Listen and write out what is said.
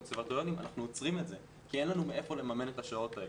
הקונסרבטוריונים אנחנו עוצרים את זה כי אין לנו מאיפה לממן את השעות האלה.